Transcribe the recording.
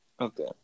Okay